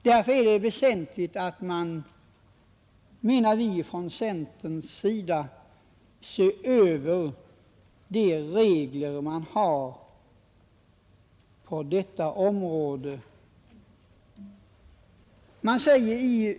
Därför är det väsentligt, anser vi från centerns sida, att se över reglerna på detta område.